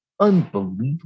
unbelievable